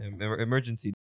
Emergency